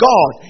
God